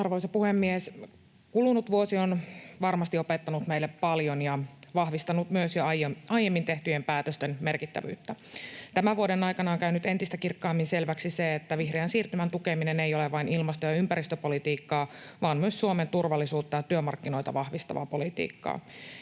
Arvoisa puhemies! Kulunut vuosi on varmasti opettanut meille paljon ja vahvistanut myös jo aiemmin tehtyjen päätösten merkittävyyttä. Tämän vuoden aikana on käynyt entistä kirkkaammin selväksi se, että vihreän siirtymän tukeminen ei ole vain ilmasto‑ ja ympäristöpolitiikkaa vaan myös Suomen turvallisuutta ja työmarkkinoita vahvistavaa politiikkaa.